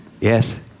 yes